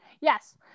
Yes